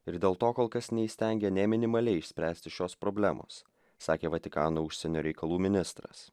ir dėl to kol kas neįstengė nė minimaliai išspręsti šios problemos sakė vatikano užsienio reikalų ministras